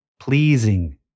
pleasing